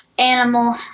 Animal